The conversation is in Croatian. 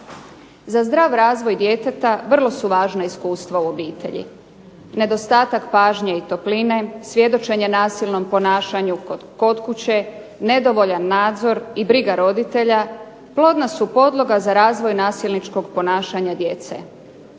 Za zdrav razvoj djeteta vrlo su važna iskustva u obitelji, nedostatak pažnje i topline, svjedočenje nasilnom ponašanju kod kuće, nedovoljan nadzor i briga roditelja plodna su podloga za razvoj nasilničkog ponašanja djece.